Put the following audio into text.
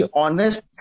honest